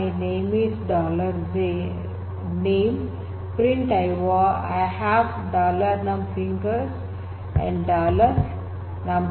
" println "I have num fingers fingers and num toes toes